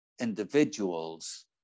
individuals